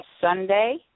Sunday